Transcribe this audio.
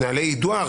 יידוע?